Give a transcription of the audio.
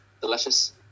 Delicious